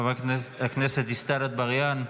חברת הכנסת דיסטל אטבריאן,